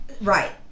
Right